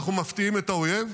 אנחנו מפתיעים את האויב,